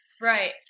Right